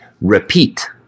repeat